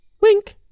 Wink